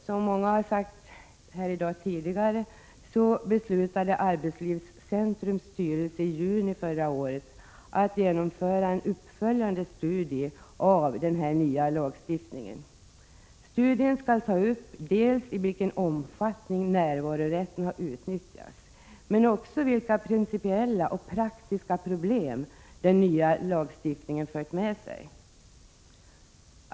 Som många har sagt tidigare här i dag beslutade arbetslivscentrums styrelse i juni förra året att genomföra en uppföljande studie av den här nya lagstiftningen. Studien skall ta upp dels i vilken omfattning närvarorätten har utnyttjats, dels vilka principiella och praktiska problem den nya lagstiftningen fört med sig.